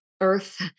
earth